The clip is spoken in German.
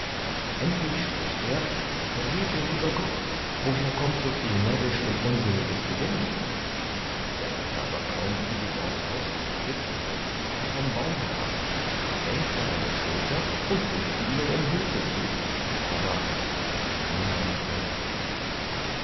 endlich spricht er behüte lieber gott woher kommt so viel närrisch und unsinniges gesind er hatte aber kaum diese worte ausgesaget da fiel er vom baum herab verrenkte eine schulter und rufte ihnen um hülfe zu aber da war niemand als er